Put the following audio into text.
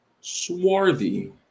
swarthy